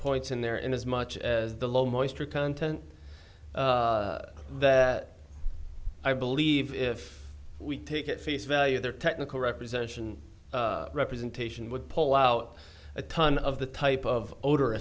points in there and as much as the low moisture content that i believe if we take at face value their technical representation representation would pull out a ton of the type of o